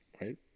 Right